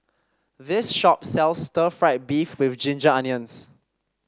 this shop sells Stir Fried Beef with Ginger Onions